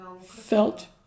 felt